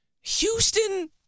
Houston